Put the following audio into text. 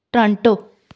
Toronto